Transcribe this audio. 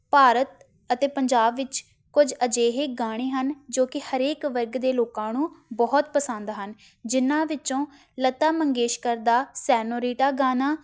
ਭਾਰਤ ਅਤੇ ਪੰਜਾਬ ਵਿੱਚ ਕੁਝ ਅਜਿਹੇ ਗਾਣੇ ਹਨ ਜੋ ਕਿ ਹਰੇਕ ਵਰਗ ਦੇ ਲੋਕਾਂ ਨੂੰ ਬਹੁਤ ਪਸੰਦ ਹਨ ਜਿਨ੍ਹਾਂ ਵਿੱਚੋਂ ਲਤਾ ਮੰਗੇਸ਼ਕਰ ਦਾ ਸੈਨੋਰੀਡਾ ਗਾਨਾ